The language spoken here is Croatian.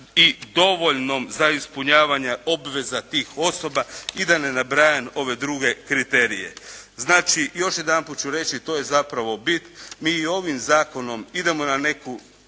i dovoljnom za ispunjavanje obveza tih osoba i da ne nabrajam ove druge kriterije. Znači, još jedanput ću reći, to je zapravo bit. Mi i ovim zakonom idemo na ruku